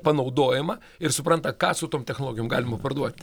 panaudojimą ir supranta ką su tom technologijom galima parduot